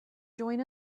join